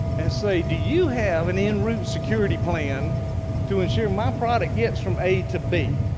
and say, do you have an in route security plan to ensure my product gets from a to b?